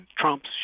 Trump's